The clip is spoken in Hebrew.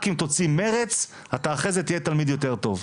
רק אם תוציא מרץ אתה אחרי זה תהיה תלמיד יותר טוב.